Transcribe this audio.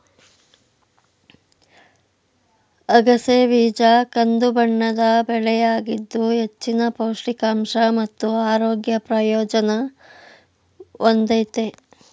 ಅಗಸೆ ಬೀಜ ಕಂದುಬಣ್ಣದ ಬೆಳೆಯಾಗಿದ್ದು ಹೆಚ್ಚಿನ ಪೌಷ್ಟಿಕಾಂಶ ಮತ್ತು ಆರೋಗ್ಯ ಪ್ರಯೋಜನ ಹೊಂದಯ್ತೆ